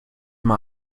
mal